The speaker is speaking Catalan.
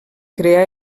crear